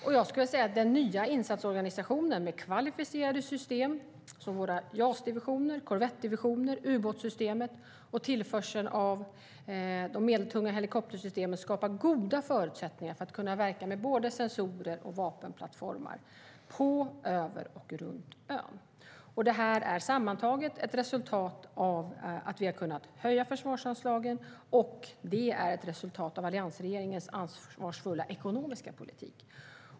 Jag skulle vilja säga att den nya insatsorganisationen med kvalificerade system som våra JAS-divisioner, korvettdivisioner, u-båtssystemet och tillförsel av de medeltunga helikoptersystemen skapar goda förutsättningar för att kunna verka med både sensorer och vapenplattformar på, över och runt ön. Detta är sammantaget ett resultat av att vi har kunnat höja försvarsanslagen, och det är ett resultat av alliansregeringens ansvarsfulla ekonomiska politik.